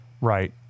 Right